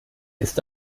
ist